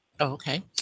Okay